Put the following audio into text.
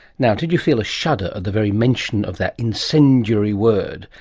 now did you feel a shudder at the very mention of that incendiary word.